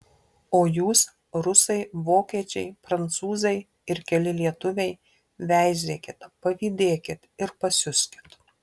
o jūs rusai vokiečiai prancūzai ir keli lietuviai veizėkit pavydėkit ir pasiuskit